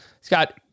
Scott